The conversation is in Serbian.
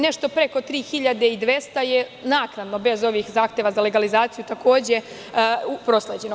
Nešto preko 3.200 je naknadno, bez ovih zahteva za legalizaciju takođe prosleđeno.